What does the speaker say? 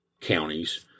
counties